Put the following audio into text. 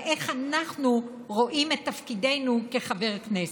איך אנחנו רואים את תפקידנו כחברי כנסת.